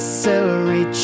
celery